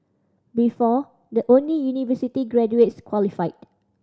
before the only university graduates qualified